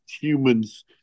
humans